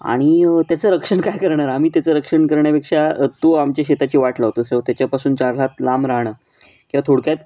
आणि त्याचं रक्षण काय करणार आम्ही त्याचं रक्षण करण्यापेक्षा तो आमच्या शेताची वाट लावतो सो त्याच्यापासून चार हात लांब राहणं किंवा थोडक्यात